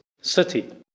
city